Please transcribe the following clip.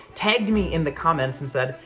tagged me in the comments and said,